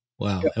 Wow